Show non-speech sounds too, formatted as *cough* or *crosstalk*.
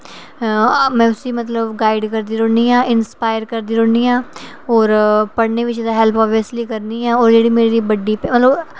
में उसी मतलब गाईड करदी रौह्नी आं इंस्पायर करदी रौह्नी आं होर तां पढ़ने बिच हैल्प *unintelligible* करनी आं जेह्की मेरी बड्डी मतलब